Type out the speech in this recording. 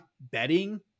betting